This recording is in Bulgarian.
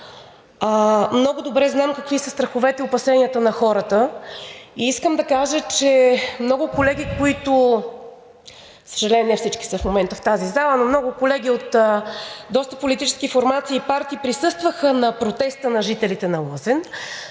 Много добре знам какви са страховете и опасенията на хората, и искам да кажа, че много колеги, които, за съжаление, не всички са в момента в тази зала, но много колеги от доста политически формации и партии присъстваха на протеста на жителите на Лозен,